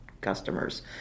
customers